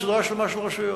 בסדרה שלמה של רשויות.